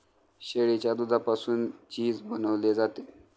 शेळीच्या दुधापासून चीज बनवले जाते